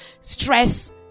stress